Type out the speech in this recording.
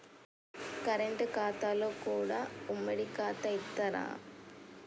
Current ఖాతాలో కూడా ఉమ్మడి ఖాతా ఇత్తరా?